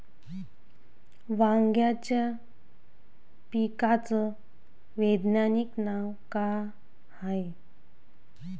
वांग्याच्या पिकाचं वैज्ञानिक नाव का हाये?